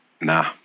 Nah